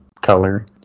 color